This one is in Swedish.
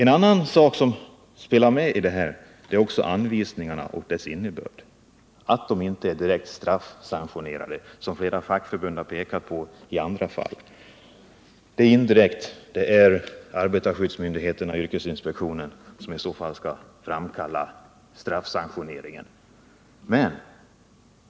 En annan sak som också spelar med här är anvisningarna och deras innebörd, att de inte är direkt straffsanktionerade, som flera fackförbund pekat på i andra fall. Det är arbetarskyddsmyndigheterna, yrkesinspektionen, som skall åstadkomma en sådan straffsanktionering.